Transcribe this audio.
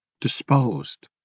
disposed